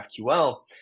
GraphQL